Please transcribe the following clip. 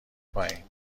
پایین